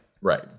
Right